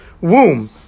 womb